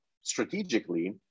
strategically